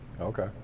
Okay